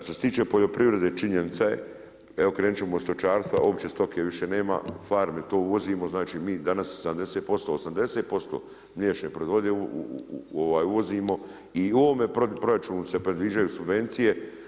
Što se tiče poljoprivrede činjenica je evo krenut ćemo od stočarstva, uopće stoke više nema, farme, to uvozimo, znači mi danas 70%, 80% mliječne proizvode uvozimo i u ovome proračunu se predviđaju subvencije.